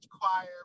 choir